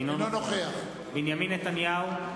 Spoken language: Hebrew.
אינו נוכח בנימין נתניהו,